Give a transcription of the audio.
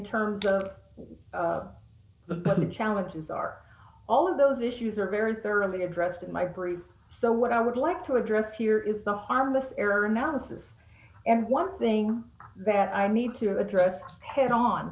terms of the challenges are all of those issues are very thoroughly addressed in my brief so what i would like to address here is the harmless error analysis and one thing that i need to address head on